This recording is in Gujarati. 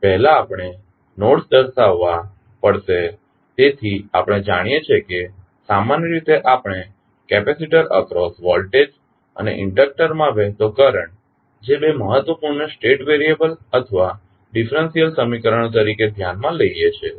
પહેલા આપણે નોડ્સ દર્શાવવા પડશે તેથી આપણે જાણીએ છીએ કે સામાન્ય રીતે આપણે કેપેસિટર અક્રોસ વોલ્ટેજ અને ઇન્ડક્ટરમાં વહેતો કરંટ જે બે મહત્વપૂર્ણ સ્ટેટ વેરીએબલ અથવા ડીફરંશીયલ સમીકરણો તરીકે ધ્યાનમાં લઇએ છીએ